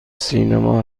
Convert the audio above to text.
سینما